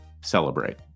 celebrate